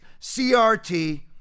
CRT